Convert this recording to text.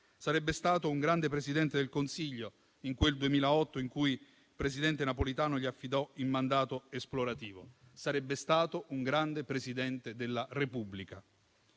Sarebbe stato un grande Presidente del Consiglio, in quel 2008 in cui il presidente Napolitano gli affidò il mandato esplorativo, e sarebbe stato un grande Presidente della Repubblica.